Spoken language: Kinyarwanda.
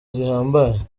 zihambaye